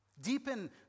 Deepen